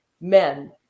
men